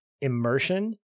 immersion